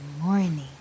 morning